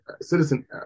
citizen